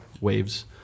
waves